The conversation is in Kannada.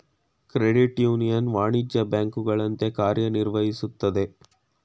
ಕ್ರೆಡಿಟ್ ಯೂನಿಯನ್ ವಾಣಿಜ್ಯ ಬ್ಯಾಂಕುಗಳ ಅಂತೆ ಕಾರ್ಯ ನಿರ್ವಹಿಸುತ್ತದೆ